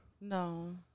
No